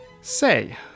Say